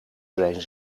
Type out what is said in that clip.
zijn